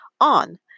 on